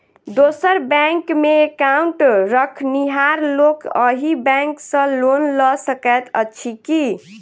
दोसर बैंकमे एकाउन्ट रखनिहार लोक अहि बैंक सँ लोन लऽ सकैत अछि की?